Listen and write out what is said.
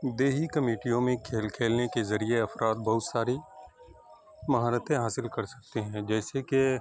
دیہی کمیٹیوں میں کھیل کھیلنے کے ذریعے افراد بہت ساری مہارتیں حاصل کر سکتے ہیں جیسے کہ